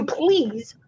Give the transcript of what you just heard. please